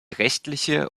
rechtliche